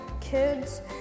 kids